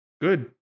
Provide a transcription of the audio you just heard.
Good